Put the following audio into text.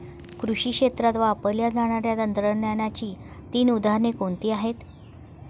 कृषी क्षेत्रात वापरल्या जाणाऱ्या तंत्रज्ञानाची तीन उदाहरणे कोणती आहेत?